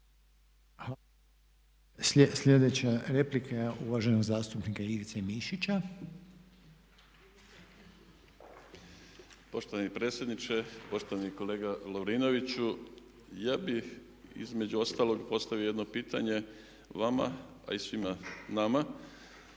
Sljedeća replika je uvaženog zastupnika Ivice Mišića. **Mišić, Ivica (MOST)** Poštovani predsjedniče, poštovani kolega Lovrinoviću. Ja bih između ostalog postavio jedno pitanje vama, a i svima nama.